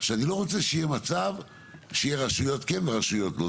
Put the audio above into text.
שאני לא רוצה שיהיה מצב שיהיו רשויות כן ורשויות לא,